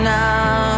now